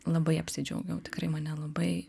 labai apsidžiaugiau tikrai mane labai